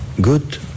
good